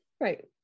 Right